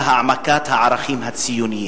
היה העמקת הערכים הציוניים,